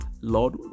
Lord